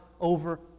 over